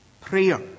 prayer